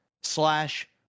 slash